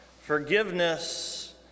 Forgiveness